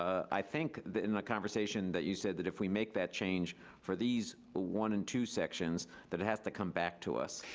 i think in the conversation that you said that if we make that change for these one and two sections, that it has to come back to us.